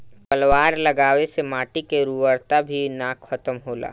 पलवार लगावे से माटी के उर्वरता भी ना खतम होला